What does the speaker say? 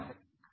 धन्यवाद